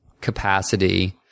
capacity